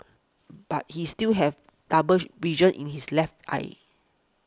but he still have double vision in his left eye